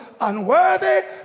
unworthy